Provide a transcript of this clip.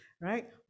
right